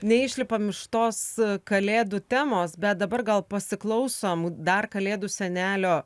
neišlipam iš tos kalėdų temos bet dabar gal pasiklausom dar kalėdų senelio